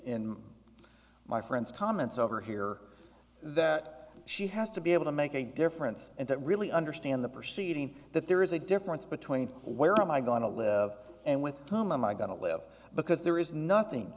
in my friend's comments over here that she has to be able to make a difference and that really understand the perceiving that there is a difference between where am i going to live and with whom am i going to live because there is nothing